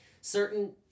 Certain